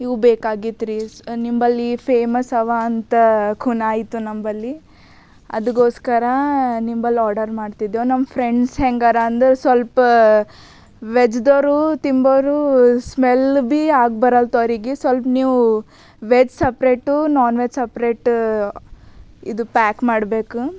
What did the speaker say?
ಇವು ಬೇಕಾಗಿತ್ರಿ ನಿಂಬಲ್ಲಿ ಫೇಮಸ್ ಅವ ಅಂತ ಖುನಾಯ್ತು ನಂಬಲ್ಲಿ ಅದ್ಕೋಸ್ಕರ ನಿಂಬಲ್ಲಿ ಆರ್ಡರ್ ಮಾಡ್ತಿದ್ದೇವೆ ನಮ್ಮ ಫ್ರೆಂಡ್ಸ್ ಹೇಗರ ಅಂದರೆ ಸ್ವಲ್ಪ ವೆಜ್ದೋರು ತಿಂಬೋರು ಸ್ಮೆಲ್ ಭೀ ಆಗ್ಬರಲ್ತು ಅವ್ರಿಗೆ ಸ್ವಲ್ಪ ನೀವು veg separate non veg separate ಇದು ಪ್ಯಾಕ್ ಮಾಡಬೇಕು